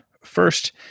First